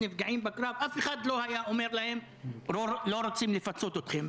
אף אחד לא היה אומר להם שלא רוצים לפצות אותם.